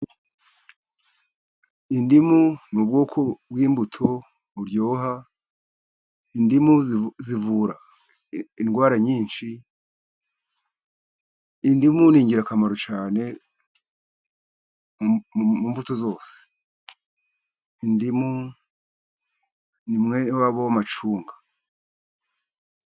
Indimu ni ubwoko bw'imbuto buryoha, indimu zivura indwara nyinshi, indimu ni ingirakamaro cyane, mu mbuto zose. Indimu ni mwene wabo w'amacunga.